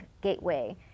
gateway